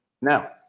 Now